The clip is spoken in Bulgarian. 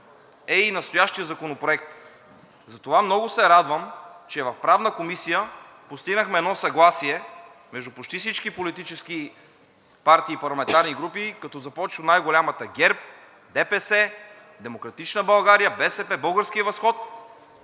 е и настоящият законопроект. Затова много се радвам, че в Правната комисия постигнахме едно съгласие между почти всички политически парти и парламентарни групи, като започнем от най-голямата ГЕРБ, ДПС, „Демократична България“, БСП, „Български възход“,